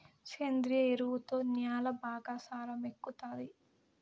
సేంద్రియ ఎరువుతో న్యాల బాగా సారం ఎక్కుతాది